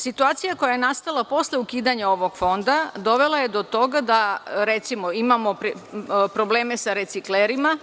Situacija koja je nastala posle ukidanja ovog fonda dovela je do toga da recimo imamo probleme sa reciklerima.